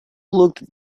looked